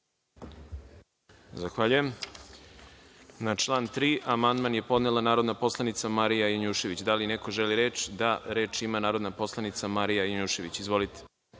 Zahvaljujem. Na član 3. amandman je podnela narodna poslanica Marija Janjušević. Da li neko želi reč? (Da)Reč ima narodna poslanica Marija Janjušević. Izvolite.